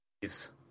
please